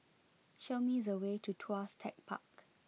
show me the way to Tuas Tech Park